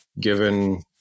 given